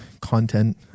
content